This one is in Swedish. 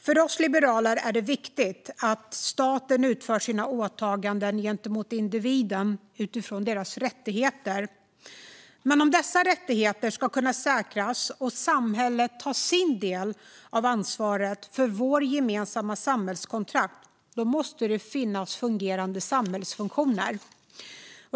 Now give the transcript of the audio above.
För oss liberaler är det viktigt att staten utför sina åtaganden gentemot individer utifrån deras rättigheter. Men om dessa rättigheter ska kunna säkras och samhället ta sin del av ansvaret för vårt gemensamma samhällskontrakt måste det finnas fungerande samhällsfunktioner.